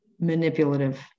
manipulative